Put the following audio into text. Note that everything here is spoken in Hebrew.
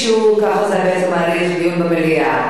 ייקח לזה הרבה זמן להגיע לדיון במליאה.